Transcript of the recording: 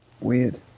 Weird